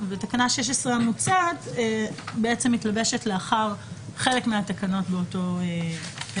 תקנה 16 המוצעת מתלבשת לאחר חלק מהתקנות באותו פרק.